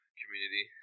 community